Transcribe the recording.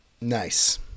nice